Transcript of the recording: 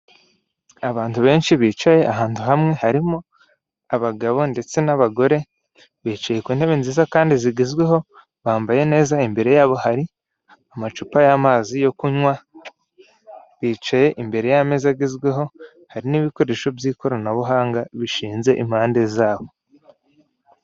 Abantu benshi bicaye ahantu hamwe harimo abagabo ndetse n'abagore, bicaye ku ntebe nziza kandi zigezweho bambaye neza, imbere yabo hari amacupa y'amazi yo kunywa, bicaye imbere y'ameza agezweho hari n'ibikoresho by'ikoranabuhanga bishinze impande zabo.